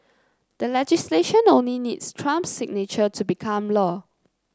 the legislation only needs Trump's signature to become law